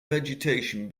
vegetation